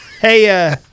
hey